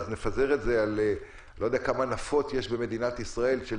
נפזר את זה אני לא יודע כמה נפות של משטרת ישראל יש במדינת ישראל,